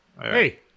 Hey